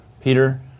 Peter